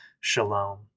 shalom